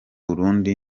burundi